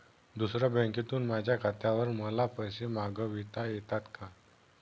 दुसऱ्या बँकेतून माझ्या खात्यावर मला पैसे मागविता येतात का?